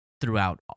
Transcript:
throughout